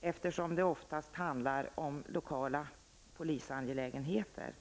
eftersom det oftast handlar om lokala polisangelägenheter.